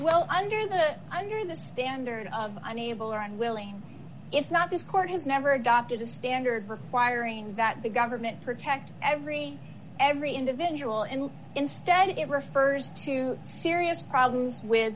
well under the under the standard of unable or unwilling it's not this court has never adopted a standard requiring that the government protect every every individual and instead it refers to serious problems with